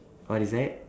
what is that